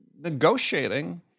negotiating